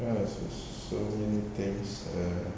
ya so so many things err